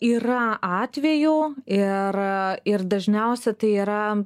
yra atvejų ir ir dažniausia tai yra